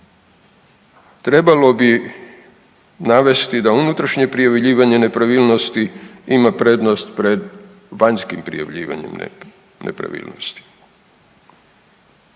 trebalo bi navesti da unutrašnje prijavljivanje nepravilnosti ima prednost pred vanjskim prijavljivanjem nepravilnosti,